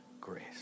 grace